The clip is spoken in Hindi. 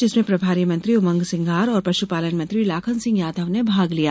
जिसमें प्रभारी मंत्री उमंग सिंघार और पशुपालन मंत्री लाखन सिंह यादव ने भाग लिया